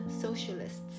socialists